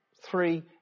three